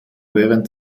während